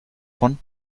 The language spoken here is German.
von